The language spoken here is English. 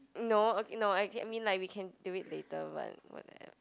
no okay no I mean like we can do it later [what] perhaps